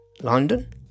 London